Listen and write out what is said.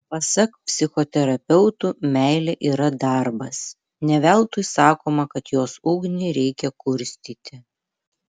pasak psichoterapeutų meilė yra darbas ne veltui sakoma kad jos ugnį reikia kurstyti